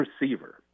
receiver